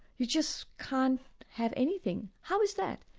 you just can't have anything. how is that?